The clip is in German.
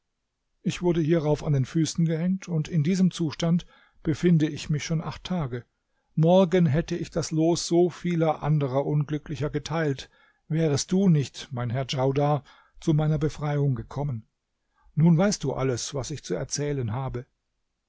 ich wurde hierauf an den füßen gehängt und in diesem zustand befinde ich mich schon acht tage morgen hätte ich das los so vieler anderer unglücklicher geteilt wärest du nicht mein herr djaudar zu meiner befreiung gekommen nun weißt du alles was ich zu erzählen habe